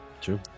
true